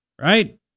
right